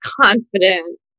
confident